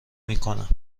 میکنم